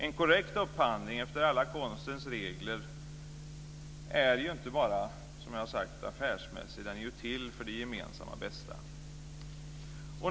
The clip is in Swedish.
En korrekt upphandling efter alla konstens regler är ju inte bara affärsmässig, som jag har sagt, utan den är ju till för det gemensamma bästa.